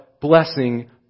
blessing